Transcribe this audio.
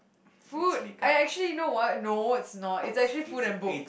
food I actually know what no it's not it's actually food and book